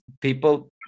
people